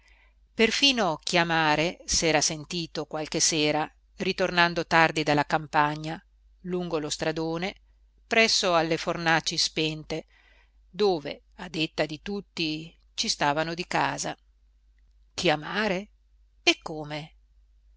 perfino chiamare s'era sentito qualche sera ritornando tardi dalla campagna lungo lo stradone presso alle fornaci spente dove a detta di tutti ci stavano di casa chiamare e come